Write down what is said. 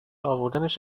اوردنش